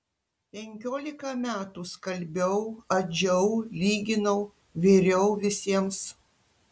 penkiolika metų skalbiau adžiau lyginau viriau visiems